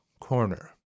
corner